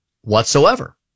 whatsoever